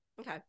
Okay